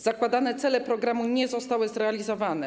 Zakładane cele programów nie zostały zrealizowane.